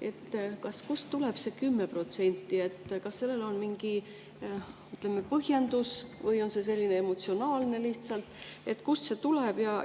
see 10%. Kust tuleb see 10%? Kas sellel on mingi põhjendus või on see selline emotsionaalne lihtsalt? Kust see tuleb ja